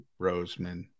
roseman